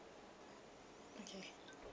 okay